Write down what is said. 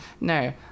No